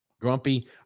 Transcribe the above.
grumpy